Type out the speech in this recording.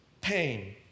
pain